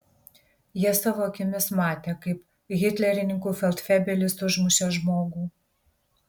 jie savo akimis matė kaip hitlerininkų feldfebelis užmušė žmogų